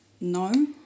No